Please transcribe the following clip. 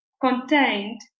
contained